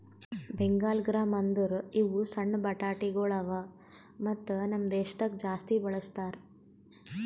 Bengal gram ಅಂದುರ್ ಇವು ಸಣ್ಣ ಬಟಾಣಿಗೊಳ್ ಅವಾ ಮತ್ತ ನಮ್ ದೇಶದಾಗ್ ಜಾಸ್ತಿ ಬಳ್ಸತಾರ್